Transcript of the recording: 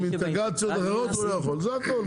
עם אינטגרציות אחרות הוא לא יכול, זה הכל.